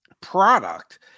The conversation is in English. product